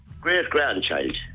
great-grandchild